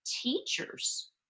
teachers